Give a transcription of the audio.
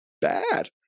bad